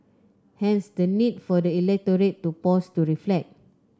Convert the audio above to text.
hence the need for the electorate to pause to reflect